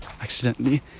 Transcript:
accidentally